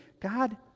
God